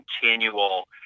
continual